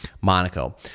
Monaco